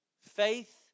faith